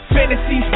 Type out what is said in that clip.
Fantasy